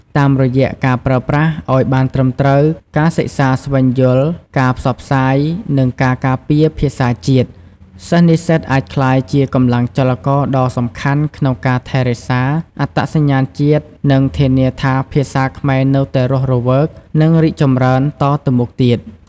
តាមរយៈការប្រើប្រាស់ឱ្យបានត្រឹមត្រូវ ការសិក្សាស្វែងយល់ ការផ្សព្វផ្សាយ និងការការពារភាសាជាតិ សិស្សនិស្សិតអាចក្លាយជាកម្លាំងចលករដ៏សំខាន់ក្នុងការថែរក្សាអត្តសញ្ញាណជាតិ និងធានាថាភាសាខ្មែរនៅតែរស់រវើក និងរីកចម្រើនតទៅមុខទៀត។